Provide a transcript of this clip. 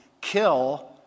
kill